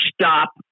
stop